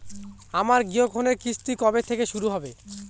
আমার গৃহঋণের কিস্তি কবে থেকে শুরু হবে?